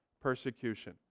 persecution